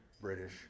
British